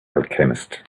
alchemist